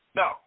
no